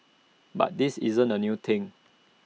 but this isn't A new thing